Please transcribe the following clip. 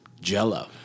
jello